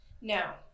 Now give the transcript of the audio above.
Now